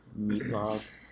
Meatloaf